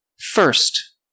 first